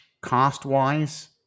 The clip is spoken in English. cost-wise